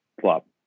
plop